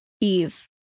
Eve